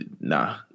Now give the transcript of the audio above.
Nah